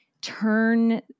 turn